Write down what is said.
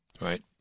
right